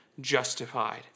justified